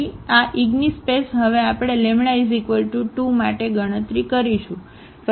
આ ઇગિનસ્પેસ હવે આપણે λ 2 માટે ગણતરી કરીશું